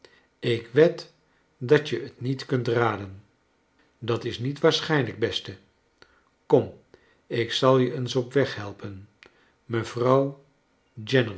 ik wed dat je het niet kunt raden dat is niet waarschijnlijk beste kom ik zal je eens op weg helpen mevrouw